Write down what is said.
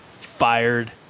fired